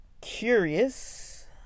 curious